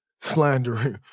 slandering